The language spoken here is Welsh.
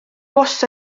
bws